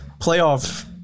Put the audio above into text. playoff